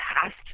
past